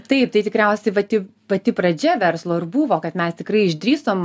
taip tai tikriausiai pati pati pradžia verslo ir buvo kad mes tikrai išdrįsom